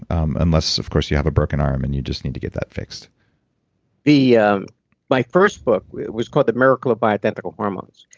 um unless of course you have a broken arm and you just need to get that fixed yeah my first book was called the miracle of bioidentical hormones,